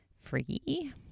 Free